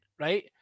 right